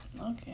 okay